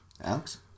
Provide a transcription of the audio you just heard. Alex